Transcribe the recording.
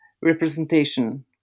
representation